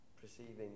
perceiving